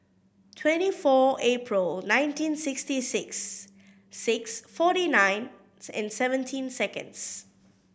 twenty four April nineteen sixty six six forty nine and seventeen seconds